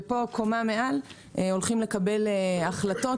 ובקומה למעלה הולכים לקבל החלטות